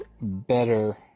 better